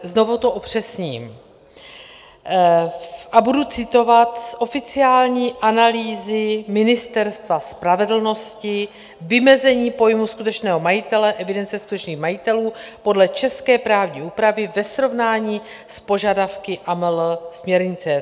Znovu to upřesním a budu citovat z oficiální analýzy Ministerstva spravedlnosti vymezení pojmu skutečného majitele, evidence skutečných majitelů podle české právní úpravy ve srovnání s požadavky AML směrnice.